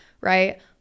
right